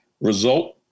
Result